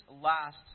last